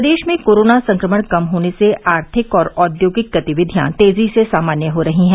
प्रदेश में कोरोना संक्रमण कम होने से आर्थिक और औद्योगिक गतिविधियां तेजी से सामान्य हो रही है